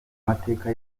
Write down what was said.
mateka